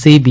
C B